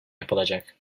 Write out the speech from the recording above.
yapılacak